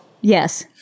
Yes